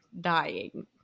dying